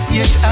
Yes